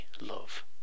love